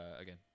again